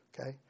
okay